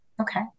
Okay